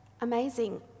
amazing